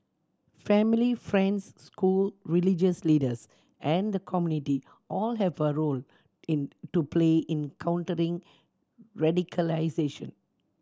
family friends school religious leaders and the community all have a role in to play in countering radicalisation